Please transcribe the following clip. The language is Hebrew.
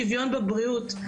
שיוון בבריאות,